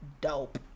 dope